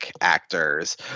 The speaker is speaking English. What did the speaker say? actors